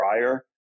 prior